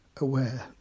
aware